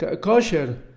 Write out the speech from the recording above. kosher